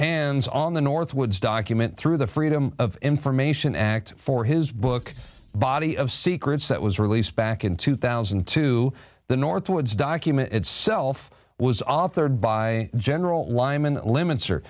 hands on the northwoods document through the freedom of information act for his book body of secrets that was released back in two thousand and two the northwoods document itself was authored by general lyman limits or